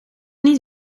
niet